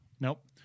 Nope